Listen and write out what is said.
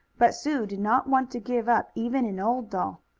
but sue did not want to give up even an old doll.